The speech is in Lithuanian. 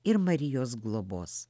ir marijos globos